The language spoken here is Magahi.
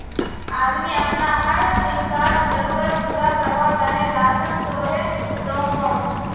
आदमी अपना हर दिन्कार ज़रुरत पूरा कारवार तने राशान तोड़े दोहों